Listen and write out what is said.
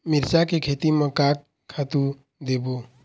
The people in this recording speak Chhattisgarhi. मिरचा के खेती म का खातू देबो?